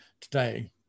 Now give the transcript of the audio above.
today